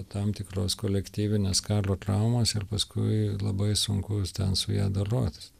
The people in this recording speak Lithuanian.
tam tikros kolektyvinės karo traumos ir paskui labai sunku ten su ja dorotis